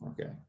okay